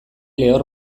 lehor